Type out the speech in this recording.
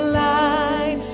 light